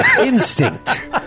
instinct